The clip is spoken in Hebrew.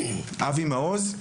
אבי מעוז?